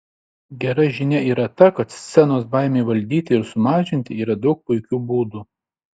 gera žinia yra ta kad scenos baimei valdyti ir sumažinti yra daug puikių būdų